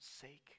sake